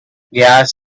gas